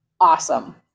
awesome